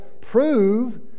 prove